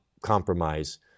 compromise